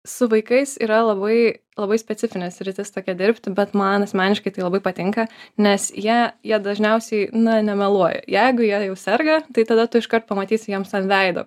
su vaikais yra labai labai specifinė sritis tokia dirbt bet man asmeniškai tai labai patinka nes jie jie dažniausiai na nemeluoja jeigu jie jau serga tai tada tu iškart pamatysi jiems ant veido